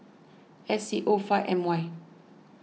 S C O five M Y